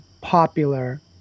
popular